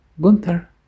Gunther